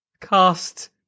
Cast